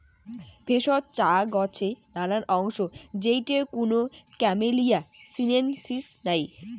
ভেষজ চা গছের নানান অংশ যেইটে কুনো ক্যামেলিয়া সিনেনসিস নাই